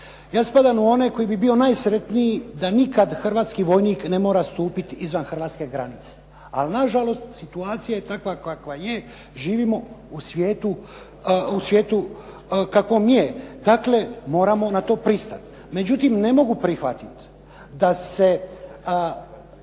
Ja spadam u one koji bi bio najsretniji da nikad hrvatski vojnik ne mora stupiti izvan hrvatske granice, ali nažalost situacija je takva kakva je i nažalost živimo u svijetu takvom kakav je. Dakle, moramo na to pristati. Međutim, ne mogu prihvatiti da se